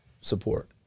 support